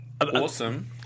awesome